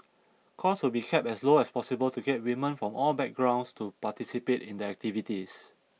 costs will be kept as low as possible to get women from all backgrounds to participate in the activities